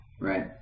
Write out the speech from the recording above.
Right